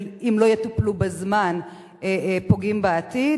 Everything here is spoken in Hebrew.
אם לא יטופלו בזמן, פוגעים בעתיד?